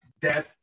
Death